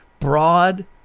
Broad